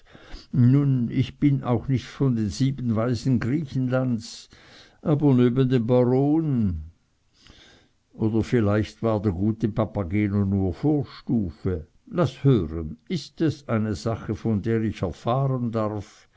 nun ich bin auch nicht von den sieben weisen griechenlands aber neben dem baron oder vielleicht war der gute papageno nur vorstufe laß hören ist es eine sache von der ich erfahren darf